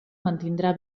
mantindrà